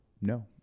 no